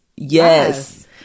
yes